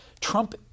Trump